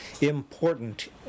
important